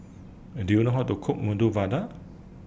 Do YOU know How to Cook Medu Vada